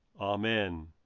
Amen